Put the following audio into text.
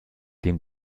dem